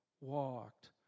walked